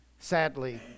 Sadly